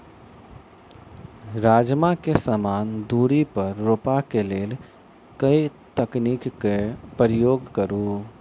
राजमा केँ समान दूरी पर रोपा केँ लेल केँ तकनीक केँ प्रयोग करू?